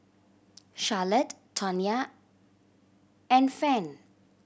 Charlotte Tonya and Fannye